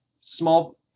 small